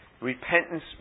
Repentance